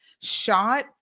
shot